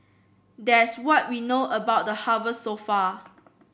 there's what we know about the harvest so far